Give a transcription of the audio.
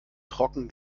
trocken